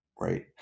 right